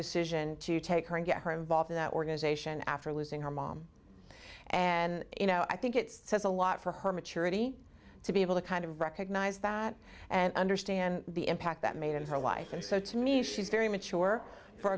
decision to take her and get her involved in that organization after losing her mom and you know i think it says a lot for her maturity to be able to kind of recognize that and understand the impact that made in her life and so to me she's very mature for